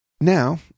Now